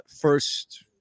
first